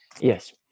Yes